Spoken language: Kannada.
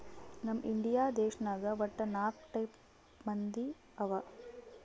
ನಮ್ ಇಂಡಿಯಾ ದೇಶನಾಗ್ ವಟ್ಟ ನಾಕ್ ಟೈಪ್ ಬಂದಿ ಅವಾ